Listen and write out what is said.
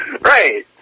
Right